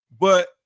But-